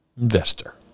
investor